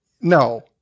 No